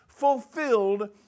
fulfilled